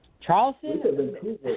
Charleston